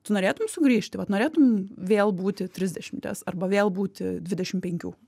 tu norėtum sugrįžti vat norėtum vėl būti trisdešimties arba vėl būti dvidešim penkių